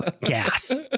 gas